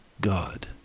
God